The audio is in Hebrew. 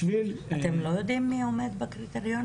אתם לא יודעים מי עומד בקריטריונים?